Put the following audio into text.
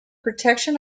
protection